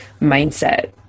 mindset